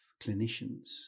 clinicians